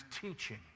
teaching